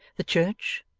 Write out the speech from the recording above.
the church,